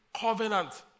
covenant